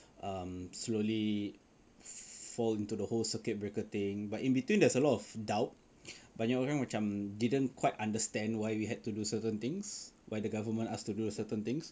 um slowly fall into the whole circuit breaker thing but in between there's a lot of doubt banyak orang orang macam didn't quite understand why we had to do certain things why the government asked to do certain things